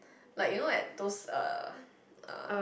like you know like those uh uh